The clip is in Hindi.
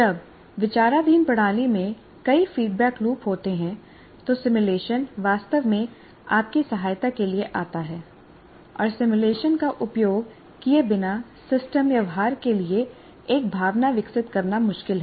जब विचाराधीन प्रणाली में कई फीडबैक लूप होते हैं तो सिमुलेशन वास्तव में आपकी सहायता के लिए आता है और सिमुलेशन का उपयोग किए बिना सिस्टम व्यवहार के लिए एक भावना विकसित करना मुश्किल है